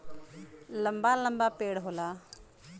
लंबा लंबा पेड़ होला